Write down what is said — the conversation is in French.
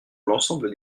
l’ensemble